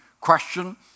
question